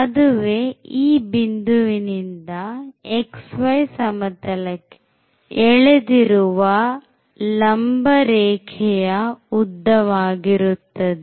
ಅದುವೇ ಈ ಬಿಂದುವಿನಿಂದ xy ಸಮತಲಕ್ಕೆ ಎಳೆದಿರುವ ಲಂಬರೇಖೆಯ ಉದ್ದವಾಗಿರುತ್ತದೆ